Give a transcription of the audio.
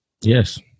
Yes